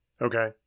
okay